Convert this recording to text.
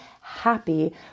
happy